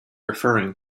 referring